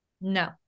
No